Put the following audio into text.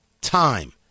time